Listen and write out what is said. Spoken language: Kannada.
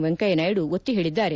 ವೆಂಕಯ್ಣನಾಯ್ಡು ಒತ್ತಿ ಹೇಳಿದ್ದಾರೆ